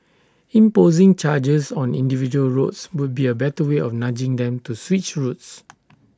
imposing charges on individual roads would be A better way of nudging them to switch routes